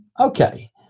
Okay